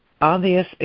obvious